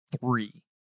three